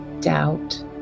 doubt